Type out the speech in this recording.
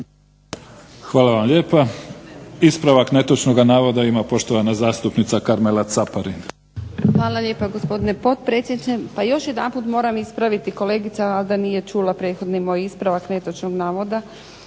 Hvala vam lijepa. Ispravak netočnoga navoda ima poštovana zastupnica Karmela Caparin. **Caparin, Karmela (HDZ)** Hvala lijepa gospodine potpredsjedniče. Pa još jedanput moram ispraviti, kolegica valjda nije čula prethodni moj ispravak netočnog navoda.